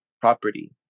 property